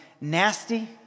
nasty